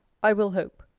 i will hope.